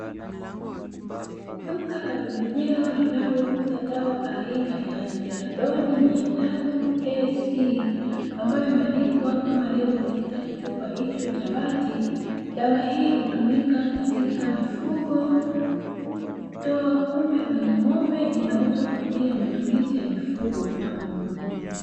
Duka la pembejeo linalouza dawa aina ya "Stelladoni 300 AC", ambayo imeandikwa kama lebo katika kichupa hicho cha bati. Dawa hii hutumika katika mifugo kutoa kupe kwenye ng’ombe. Inauzwa kwa ajili ya matumizi ya mifugo tu.